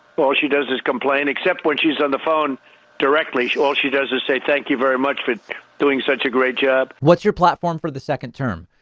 but all she does is complain except when she's on the phone directly. all she does is say thank you very much for doing such a great job. what's your platform for the second term?